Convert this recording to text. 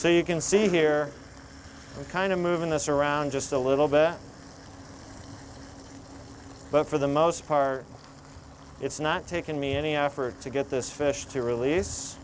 so you can see here kind of moving this around just a little bit but for the most part it's not taken me any effort to get this fish to release